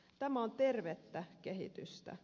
tämä on tervettä kehitystä